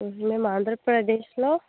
మేము ఆంధ్రప్రదేశ్లో